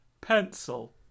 Pencil